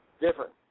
different